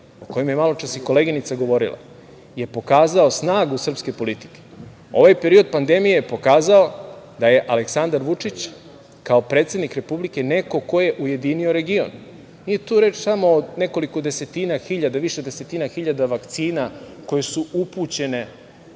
o kojem je maločas koleginica govorila, je pokazao snagu srpske politike. Ovaj period pandemije pokazao da je Aleksandar Vučić kao predsednik Republike neko ko je ujedinio region. Nije tu reč samo o više desetina hiljada vakcina koje su upućene